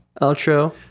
outro